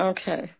Okay